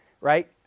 right